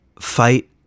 fight